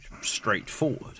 straightforward